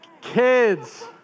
kids